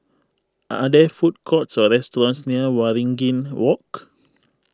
are there food courts or restaurants near Waringin Walk